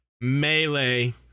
melee